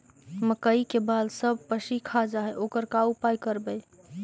मकइ के बाल सब पशी खा जा है ओकर का उपाय करबै?